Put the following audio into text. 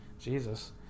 Jesus